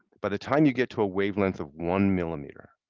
by the time you get to a wavelength of one millimeter,